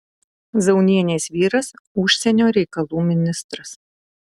zaunienės vyras užsienio reikalų ministras